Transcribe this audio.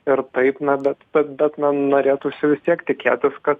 ir taip na bet bet man norėtųsi vis tiek tikėtis kad